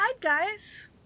guys